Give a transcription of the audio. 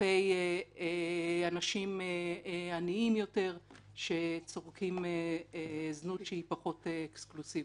כלפי אנשים עניים יותר שצורכים זנות שהיא פחות אקסקלוסיבית.